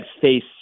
face